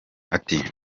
ati